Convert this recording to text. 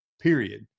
period